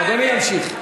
אדוני ימשיך.